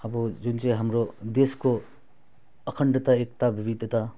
अब जुन चाहिँ हाम्रो देशको अखण्डता एकता विविधता